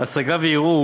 השגה וערעור,